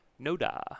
Noda